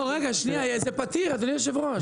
רגע, זה פתיר, אדוני היושב-ראש.